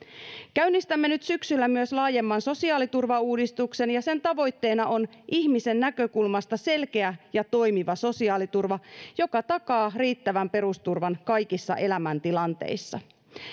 käynnistämme nyt syksyllä myös laajemman sosiaaliturvauudistuksen ja sen tavoitteena on ihmisen näkökulmasta selkeä ja toimiva sosiaaliturva joka takaa riittävän perusturvan kaikissa elämäntilanteissa